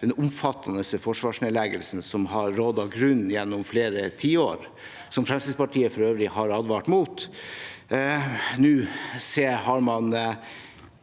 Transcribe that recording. den omfattende forsvarsnedleggelsen som har rådet grunnen gjennom flere tiår – som Fremskrittspartiet for øvrig har advart mot.